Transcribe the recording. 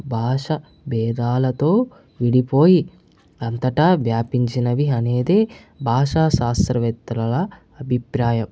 భాష భేదాలతో విడిపోయి అంతటా వ్యాపించినవి అనేది భాషా శాస్త్రవేత్తల అభిప్రాయం